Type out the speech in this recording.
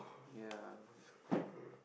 ya it's quite good